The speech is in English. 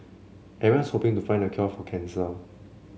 everyone's hoping to find the cure for cancer